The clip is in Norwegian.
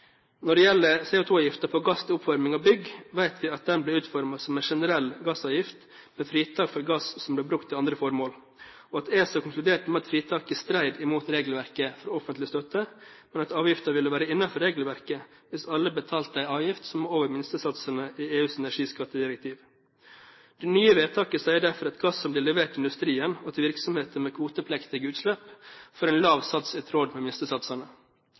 Når det gjelder CO2-avgiften på gass til oppvarming av bygg, vet vi at den ble utformet som en generell gassavgift med fritak for gass som ble brukt til andre formål, og at ESA konkluderte med at fritaket stred imot regelverket for offentlig støtte, men at avgiften ville være innenfor regelverket hvis alle betalte en avgift som er over minstesatsene i EUs energiskattedirektiv. Det nye vedtaket sier derfor at gass som blir levert til industrien og til virksomheter med kvotepliktige utslipp, får en lav sats i tråd med minstesatsene.